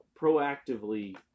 proactively